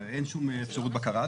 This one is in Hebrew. אין שום אפשרות בקרה.